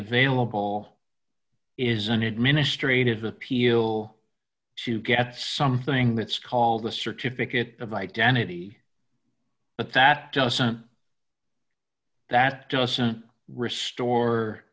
available is an administrative appeal to get something that's called a certificate of identity but that doesn't that doesn't restore